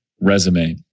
resume